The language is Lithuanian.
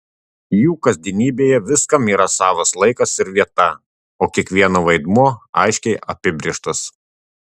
jų kasdienybėje viskam yra savas laikas ir vieta o kiekvieno vaidmuo aiškiai apibrėžtas